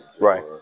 Right